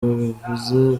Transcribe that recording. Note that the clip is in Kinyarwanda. bivuze